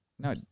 no